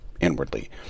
inwardly